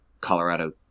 Colorado